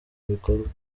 bikorwa